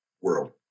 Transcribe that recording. world